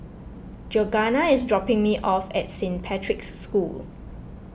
Georganna is dropping me off at Saint Patrick's School